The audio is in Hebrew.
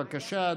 בבקשה,